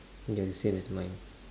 oh ya the same as mine